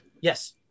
yes